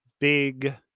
big